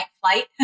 flight